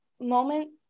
moment